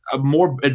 more